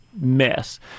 mess